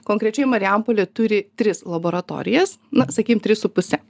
konkrečiai marijampolė turi tris laboratorijas na sakykim tris su puse